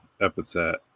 epithet